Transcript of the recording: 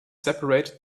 separated